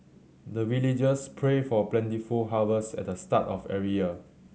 the villagers pray for plentiful harvest at the start of every year